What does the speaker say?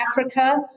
Africa